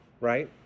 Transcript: right